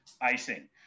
Icing